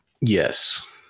Yes